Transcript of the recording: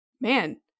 man